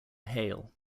hale